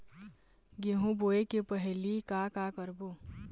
गेहूं बोए के पहेली का का करबो?